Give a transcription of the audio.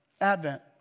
Advent